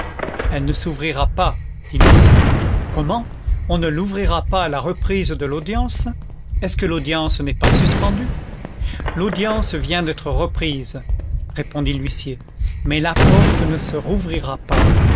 elle ne s'ouvrira pas dit l'huissier comment on ne l'ouvrira pas à la reprise de l'audience est-ce que l'audience n'est pas suspendue l'audience vient d'être reprise répondit l'huissier mais la porte ne se rouvrira pas